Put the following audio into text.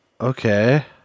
Okay